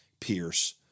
Pierce